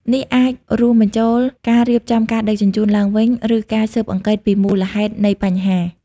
នេះអាចរួមបញ្ចូលការរៀបចំការដឹកជញ្ជូនឡើងវិញ ឬការស៊ើបអង្កេតពីមូលហេតុនៃបញ្ហា។